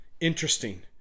interesting